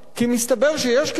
כי מסתבר שיש כסף.